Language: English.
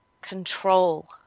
control